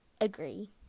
agree